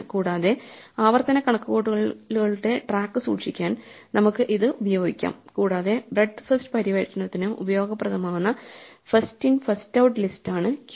കൂടാതെ ആവർത്തന കണക്കുകൂട്ടലുകളുടെ ട്രാക്ക് സൂക്ഷിക്കാൻ നമുക്ക് ഇത് ഉപയോഗിക്കാം കൂടാതെ ബ്രെഡ്ത് ഫസ്റ്റ് പര്യവേക്ഷണത്തിന് ഉപയോഗപ്രദമാകുന്ന ഫസ്റ്റ് ഇൻ ഫസ്റ്റ് ഔട്ട് ലിസ്റ്റാണ് ക്യൂ